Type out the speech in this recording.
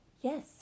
Yes